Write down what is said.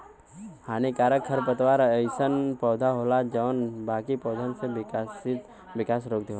हानिकारक खरपतवार अइसन पौधा होला जौन बाकी पौधन क विकास रोक देवला